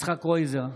יצחק קרויזר,